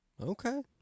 Okay